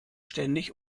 ständig